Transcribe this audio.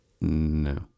No